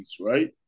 right